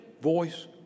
voice